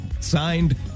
signed